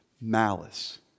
Malice